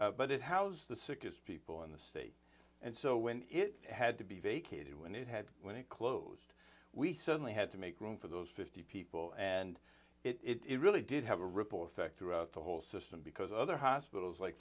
but it how's the sickest people in the state and so when it had to be vacated when it had when it closed we suddenly had to make room for those fifty people and it really did have a ripple effect throughout the whole system because other hospitals like